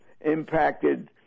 impacted